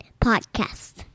Podcast